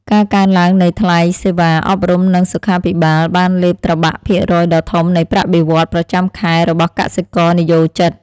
ការកើនឡើងនៃថ្លៃសេវាអប់រំនិងសុខាភិបាលបានលេបត្របាក់ភាគរយដ៏ធំនៃប្រាក់បៀវត្សរ៍ប្រចាំខែរបស់កម្មករនិយោជិត។